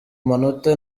manota